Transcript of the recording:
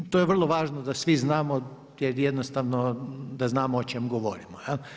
To je vrlo važno da svi znamo jer jednostavno da znamo o čem govorimo.